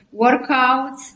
workouts